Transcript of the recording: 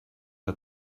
que